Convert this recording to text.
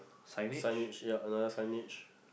signage ya another signage